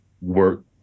work